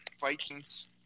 Vikings